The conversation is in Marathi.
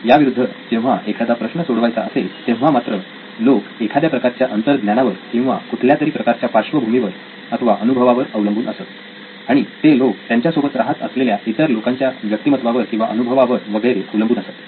याविरुद्ध जेव्हा एखादा प्रश्न सोडवायचा असेल तेव्हा मात्र लोक एखाद्या प्रकारच्या अंतर्ज्ञानावर किंवा कुठल्यातरी प्रकारच्या पार्श्वभूमीवर अथवा अनुभवावर अवलंबून असत आणि ते लोक त्यांच्या सोबत राहत असलेल्या इतर लोकांच्या व्यक्तिमत्त्वावर किंवा अनुभवावर वगैरे अवलंबून असत